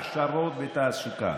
הכשרות ותעסוקה: